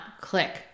click